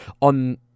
on